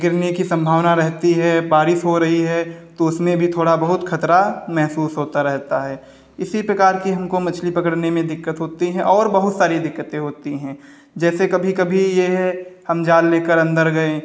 गिरने की सम्भावना रहती है बारिश हो रही है तो उसमें भी थोड़ा बहुत खतरा महसूस होता रहता है इसी प्रकार की हमको मछली पकड़ने में दिक्कत होती हैं और बहुत सारी दिक्कतें होती हैं जैसे कभी कभी ये है हम जाल लेकर अंदर गएँ